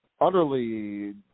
utterly